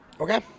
Okay